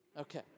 Okay